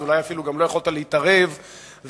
אז אולי אפילו גם לא יכולת להתערב ולהשפיע,